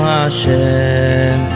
Hashem